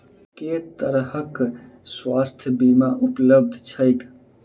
केँ तरहक स्वास्थ्य बीमा उपलब्ध छैक?